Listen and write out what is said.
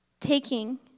Taking